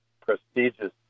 prestigious